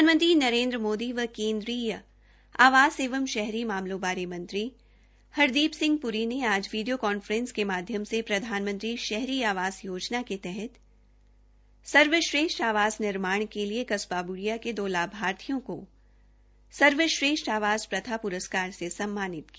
प्रधानमंत्री नरेन्द्र मोदी व केन्द्रीय आवास एवं शहरी मामले बारे मंत्री हरदीप सिंह प्री ने आज वीडियो कांफ्रेस के माध्यम से प्रधानमंत्री शहरी आवास योजना के तहत सर्वश्रेष्ठ आवास निर्माण के लिए कस्बा ब्रेडिया के दो लाभार्थियों को सर्वश्रेष्ठ आवास प्रथा प्रस्कार से सम्मानित किया